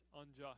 unjust